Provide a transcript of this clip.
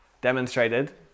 demonstrated